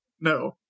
No